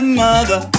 mother